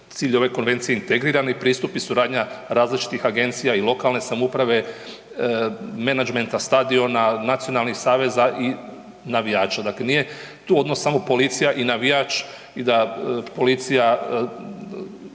cilj ove konvencije integrirani pristup i suradnja različitih agencija i lokalne samouprave, menadžmenta stadiona, nacionalnih saveza i navijača. Dakle nije tu odnos samo policija i navijač i da policija